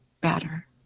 better